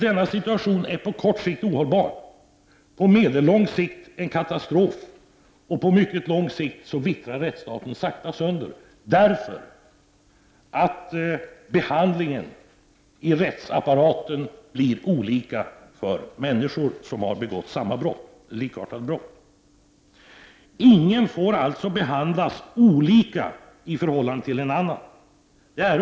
Denna situation är på kort sikt ohållbar, på medellång sikt en katastrof, och på mycket lång sikt vittrar rättsstaten sakta sönder, eftersom behandlingen i rättsapparaten blir olika för människor som begått samma eller likartade brott. Det är en bärande doktrin att ingen får behandlas olika i förhållande till en annan.